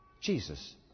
Jesus